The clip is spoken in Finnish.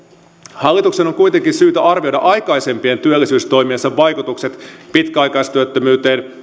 hallituksen on kuitenkin syytä arvioida aikaisempien työllisyystoimiensa vaikutukset pitkäaikaistyöttömyyteen